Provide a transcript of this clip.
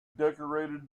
decorated